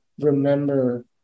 remember